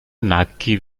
naquit